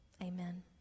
amen